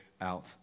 out